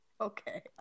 okay